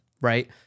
right